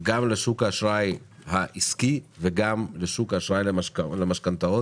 גם לשוק האשראי העסקי, וגם לשוק האשראי למשכנתאות.